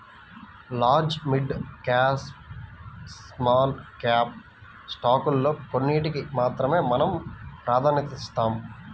large, mid cap, small cap స్టాకుల్లో కొన్నిటికి మాత్రమే మనం ప్రాధన్యతనిస్తాం